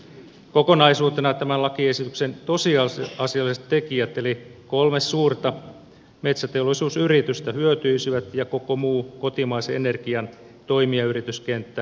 kokonaisuutena tämän lakiesityksen tosiasialliset tekijät eli kolme suurta metsäteollisuusyritystä hyötyisivät ja koko muu kotimaisen energian toimijayrityskenttä heikkenisi